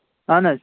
اَہن حظ